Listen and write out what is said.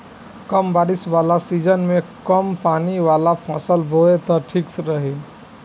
कम बारिश वाला सीजन में कम पानी वाला फसल बोए त ठीक रही